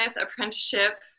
apprenticeship